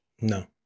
No